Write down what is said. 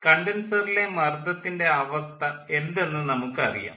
കണ്ടൻസറിലെ മർദ്ദത്തിൻ്റെ അവസ്ഥ എന്തെന്ന് നമുക്ക് അറിയാം